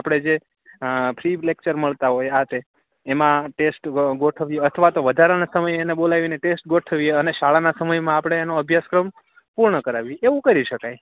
આ આપણે જે ફ્રી લેક્ચર મળતા હોય આ તે એમાં ટેસ્ટ ગોઠવી અથવા તો વધારાના સમય એને બોલાવી એના ટેસ્ટ ગોઠવીએ અને શાળાના સમયમાં આપણે એનો અભ્યાસક્રમ પૂર્ણ કરાવી એવું કરી શકાય